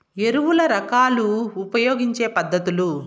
ఎరువుల రకాలు ఉపయోగించే పద్ధతులు?